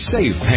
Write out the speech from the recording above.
Safe